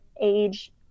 age